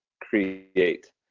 create